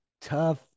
tough